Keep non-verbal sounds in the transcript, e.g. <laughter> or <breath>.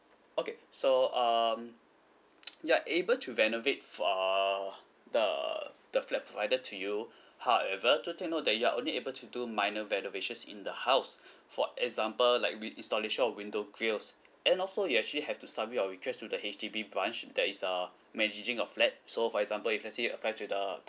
okay so um <noise> you're able to renovate for the the flat provided to you however do take note that you are only able to do minor renovations in the house <breath> for example like reinstallation of window grills and also you actually have to submit your request to the H_D_B branch that is uh managing a flat so for example if let's say you apply to the